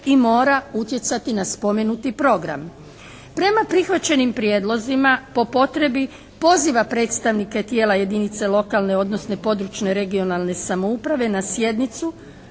i mora utjecati na spomenuti program. Prema prihvaćenim prijedlozima po potrebi poziva predstavnike tijela jedinica lokalne, odnosno područne (regionalne) samouprave na sjednicu